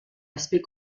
aspect